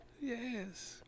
Yes